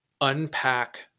unpack